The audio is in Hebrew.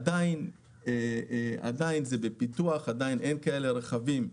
עדיין זה בפיתוח, עדיין אין רכבים כאלה.